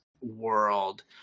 world